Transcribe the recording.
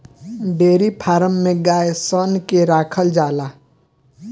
dairy farm में गाय सन के राखल जाला